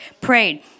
prayed